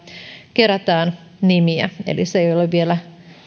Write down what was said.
kerätään nimiä eli se ei ole vielä